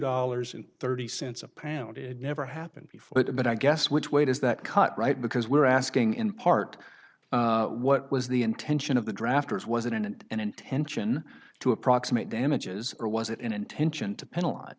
dollars and thirty cents a print it never happened before but i guess which way does that cut right because we're asking in part what was the intention of the drafters wasn't an intention to approximate damages or was it an intention to penalize